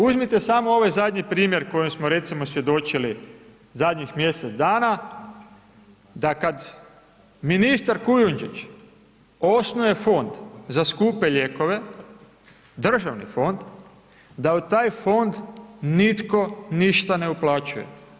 Uzmite samo ovaj zadnji primjer kojem smo, recimo svjedočili zadnjih mjesec dana, da kad ministar Kujundžić osnuje fond za skupe lijekove, državni fond, da u taj fond nitko ništa ne uplaćuje.